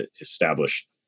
established